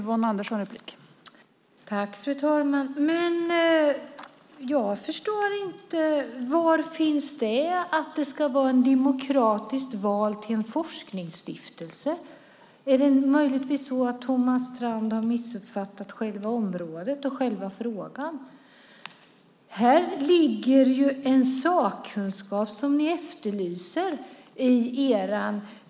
Fru talman! Jag förstår inte var det finns något om att det ska vara en demokratiskt vald forskningsstiftelse. Är det möjligtvis så att Thomas Strand har missuppfattat själva området, själva frågan? Här finns en sakkunskap, något som ni ju efterlyser i er motion.